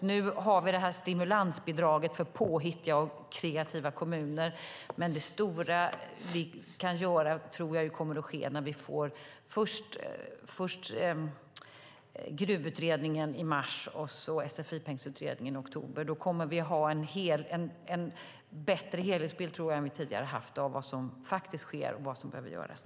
Nu har vi detta stimulansbidrag för påhittiga och kreativa kommuner, men jag tror att det stora vi kan göra kommer att ske när vi först får GRUV-utredningen i mars och sedan Sfi-pengsutredningen i oktober. Då kommer vi att ha en bättre helhetsbild än vi tidigare har haft av vad som faktiskt sker och vad som behöver göras.